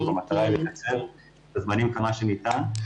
המטרה היא לקצר בזמנים עד כמה שניתן.